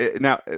Now